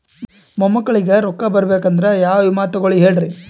ಮೊಮ್ಮಕ್ಕಳಿಗ ರೊಕ್ಕ ಬರಬೇಕಂದ್ರ ಯಾ ವಿಮಾ ತೊಗೊಳಿ ಹೇಳ್ರಿ?